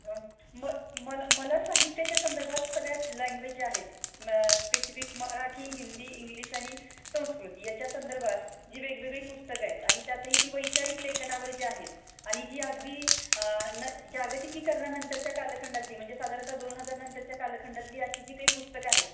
हं मग मला मला साहित्याच्या संदर्भात सगळ्यात लँग्वेज ज्या आहेत मग स्पेसिफिक मराठी हिंदी इंग्लिश आणि संस्कृत याच्या संदर्भात जी वेगवेगळी पुस्तकं आहे आणि त्यातही ती वैचारिक लेखनावर जी आहेत आणि जी अगदी जागतिकीकरणानंतरच्या कालखंडातली म्हणजे साधारणतः दोन हजार नंतरच्या कालखंडातली अशी जी काही पुस्तकं आहेत